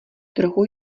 trochu